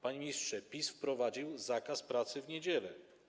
Panie ministrze, PiS wprowadził zakaz pracy w niedziele.